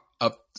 up